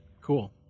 cool